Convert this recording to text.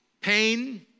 pain